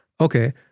okay